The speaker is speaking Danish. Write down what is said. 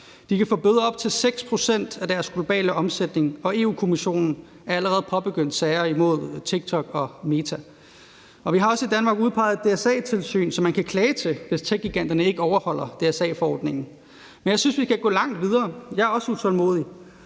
De kan få bøder op til 6 pct. af deres globale omsætning, og Europa-Kommissionen er allerede påbegyndt sager imod TikTok og Meta. Vi har også i Danmark udpeget et DSA-tilsyn, som man kan klage til, hvis techgiganterne ikke overholder DSA-forordningen, men jeg synes, at vi kan gå langt videre. Jeg er også utålmodig,